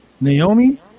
Naomi